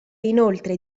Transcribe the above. inoltre